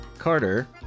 Carter